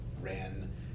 ran